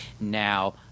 Now